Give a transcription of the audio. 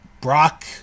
Brock